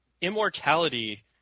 immortality